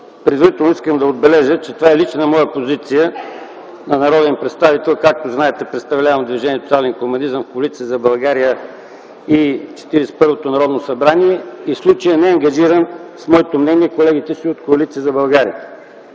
Предварително искам да отбележа, че това е лична моя позиция на народен представител. Както знаете, представлявам Движението за социален хуманизъм в Коалиция за България и в Четиридесет и първото Народно събрание. В случая не ангажирам със своето мнение колегите си от Коалиция за България.